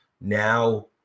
now